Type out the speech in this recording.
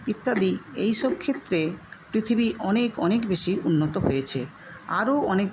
ইত্যাদি এই সব ক্ষেত্রে পৃথিবী অনেক অনেক বেশি উন্নত হয়েছে আরও অনেক